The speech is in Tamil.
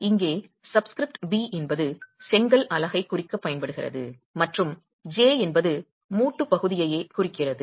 இங்கே சப்ஸ்கிரிப்ட் b என்பது செங்கல் அலகைக் குறிக்கப் பயன்படுகிறது மற்றும் j என்பது மூட்டுப் பகுதியையே குறிக்கிறது